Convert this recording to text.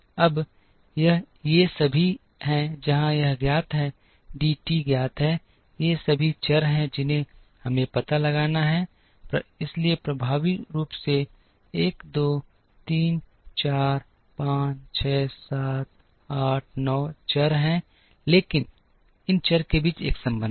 अब ये सभी हैं जहां यह ज्ञात है डी टी ज्ञात है ये सभी चर हैं जिन्हें हमें पता लगाना है इसलिए प्रभावी रूप से 1 2 3 4 5 6 7 8 9 चर हैं लेकिन इन चर के बीच एक संबंध है